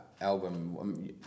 album